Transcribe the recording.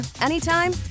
anytime